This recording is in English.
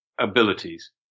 abilities